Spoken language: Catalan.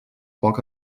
poc